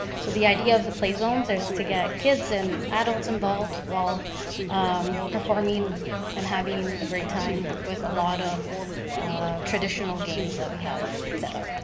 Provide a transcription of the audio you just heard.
so the idea of the play zones is to get kids and adults involved while performing and having a great time with a lot of traditional games that we have set up.